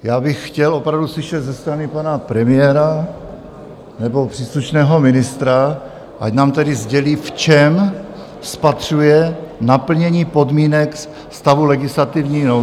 Já bych chtěl opravdu slyšet ze strany pana premiéra nebo příslušného ministra, ať nám tedy sdělí, v čem spatřuje naplnění podmínek stavu legislativní nouze.